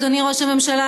אדוני ראש הממשלה,